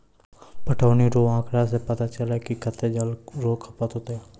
पटौनी रो आँकड़ा से पता चलै कि कत्तै जल रो खपत होतै